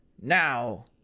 Now